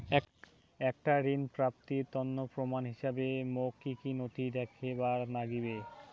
একটা ঋণ প্রাপ্তির তন্ন প্রমাণ হিসাবে মোক কী কী নথি দেখেবার নাগিবে?